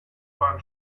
bahn